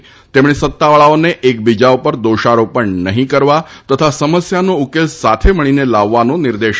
તઘ્રણ સત્તાવાળાઓન એક બીજા ઉપર દોષારોપણ નહીં કરવા તથા સમસ્યાનો ઉકેલ સાથ મળીન લાવવાનો નિર્દેશ આપ્યો